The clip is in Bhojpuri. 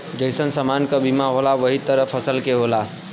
जइसन समान क बीमा होला वही तरह फसल के होला